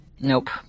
Nope